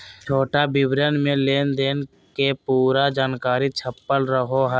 छोटा विवरण मे लेनदेन के पूरा जानकारी छपल रहो हय